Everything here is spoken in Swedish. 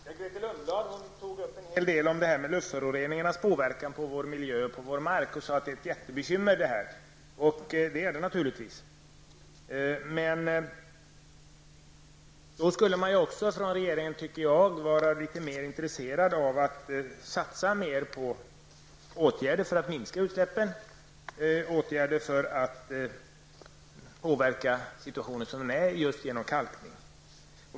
Herr talman! Grethe Lundblad talade en hel del om luftföroreningarnas påverkan på vår miljö och vår mark. Hon sade att det är ett mycket stort bekymmer, och det är det naturligtvis. Men då tycker man att regeringen borde vara litet mer intresserad av att satsa på åtgärder för att minska utsläppen och för att påverka situationen genom just kalkning.